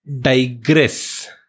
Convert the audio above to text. digress